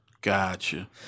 Gotcha